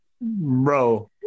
Bro